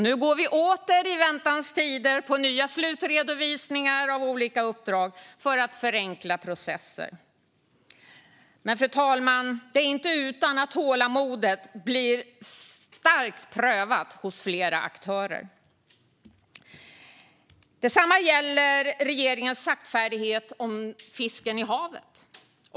Nu går vi åter i väntans tider på nya slutredovisningar av olika uppdrag för att förenkla olika processer. Det är inte utan, fru talman, att tålamodet blir starkt prövat hos flera aktörer. Detsamma gäller regeringens saktfärdighet i fråga om fisken i havet.